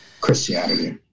Christianity